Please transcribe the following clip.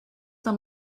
tam